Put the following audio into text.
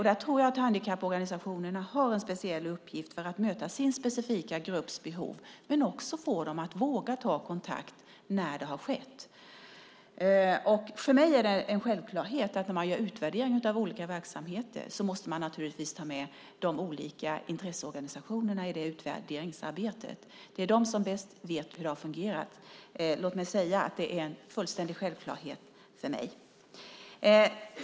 Där tror jag att handikapporganisationerna har en speciell uppgift för att möta sin specifika grupps behov men också för att få dem att våga ta kontakt när det har skett. För mig är det en självklarhet att man när man gör en utvärdering av olika verksamheter måste ta med de olika intresseorganisationerna i det utvärderingsarbetet. Det är de som bäst vet hur det har fungerat. Låt mig än en gång säga att det är en fullständig självklarhet för mig.